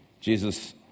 Jesus